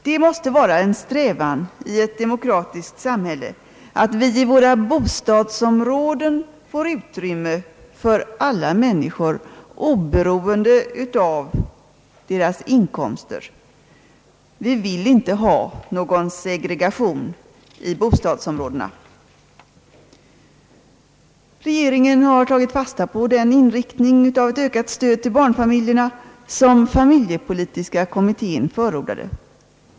Det måste vara en strävan i ett demokratiskt samhälle att i sina bostadsområden få utrymme för alla människor oberoende av deras inkomster. Vi vill inte ha någon segregation i bostadsområdena. Regeringen har tagit fasta på den inriktningen av ett ökat stöd till barnfamiljerna som familjepolitiska kommittén förordade.